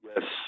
Yes